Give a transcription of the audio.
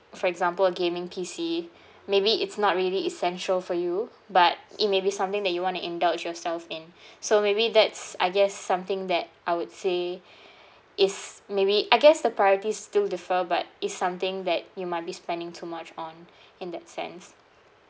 for example a gaming P_C maybe it's not really essential for you but it may be something that you want to indulge yourself in so maybe that's I guess something that I would say is maybe I guess the priorities still differ but it's something that you might be spending too much on in that sense